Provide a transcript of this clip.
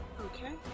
Okay